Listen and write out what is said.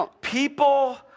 people